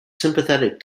sympathetic